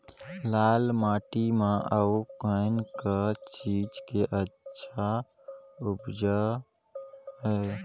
लाल माटी म अउ कौन का चीज के अच्छा उपज है?